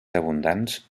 abundants